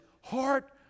heart